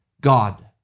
God